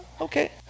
okay